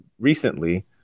recently